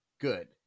Good